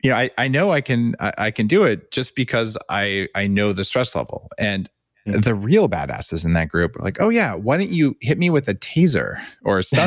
you know i i know i can i can do it, just because i i know the stress level. and the real bad-ass is in that group. like, oh yeah. why don't you hit me with a taser or so